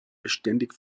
beständig